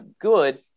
good